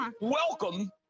welcome